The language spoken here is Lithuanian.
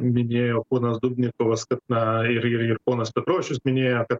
minėjo ponas dubnikovas kad na ir ponas petrošius minėjo kad